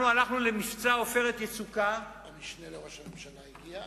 הלכנו למבצע "עופרת יצוקה" המשנה לראש הממשלה הגיע,